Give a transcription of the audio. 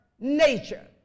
nature